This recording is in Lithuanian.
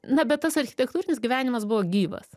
na bet tas architektūrinis gyvenimas buvo gyvas